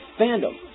Fandom